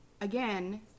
again